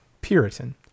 puritan